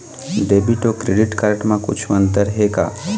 Debit अऊ credit card म कुछू अंतर हे का?